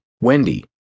Wendy